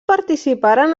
participaren